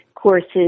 courses